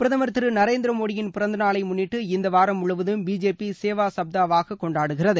பிரதமர் திரு நரேந்திர மோடியின் பிறந்த நாளை முன்னிட்டு இந்த வாரம் முழுவதும் பிஜேபி சேவா சப்தா வாக கொண்டாடுகிறது